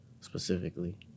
specifically